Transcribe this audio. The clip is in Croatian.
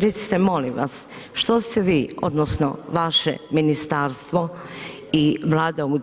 Recite molim vas, što ste vi odnosno vaše ministarstvo i Vlada u